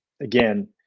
again